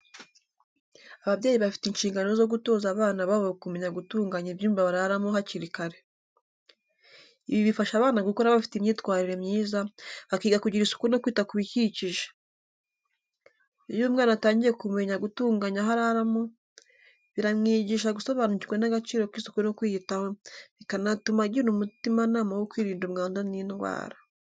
Ababyeyi bafite inshingano zo gutoza abana babo kumenya gutunganya ibyumba bararamo hakiri kare. Ibi bifasha abana gukura bafite imyitwarire myiza, bakiga kugira isuku no kwita ku bikikije. Iyo umwana atangiye kumenya gutunganya aho araramo, bimwigisha gusobanukirwa n’agaciro k’isuku no kwiyitaho, bikanatuma agira umutimanama wo kwirinda umwanda n’indwara.